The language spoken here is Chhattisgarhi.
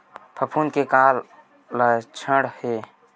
फफूंद के का लक्षण हे?